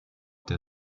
der